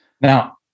Now